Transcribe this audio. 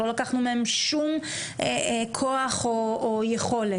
לא לקחנו מהם שום כוח או יכולת.